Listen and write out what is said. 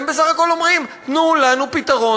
הם בסך הכול אומרים: תנו לנו פתרון,